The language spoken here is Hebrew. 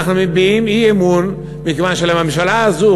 אנחנו מביעים אי-אמון מכיוון שהממשלה הזו,